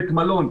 בית מלון,